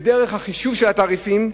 בדרך החישוב של התעריפים,